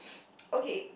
okay